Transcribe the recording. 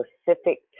specific